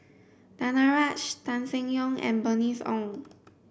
Danaraj Tan Seng Yong and Bernice Ong